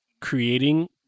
creating